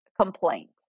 complaint